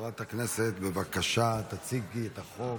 חברת הכנסת, בבקשה, תציגי את החוק,